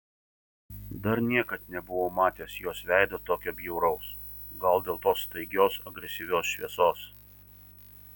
dar niekad nebuvau matęs jos veido tokio bjauraus gal dėl tos staigios agresyvios šviesos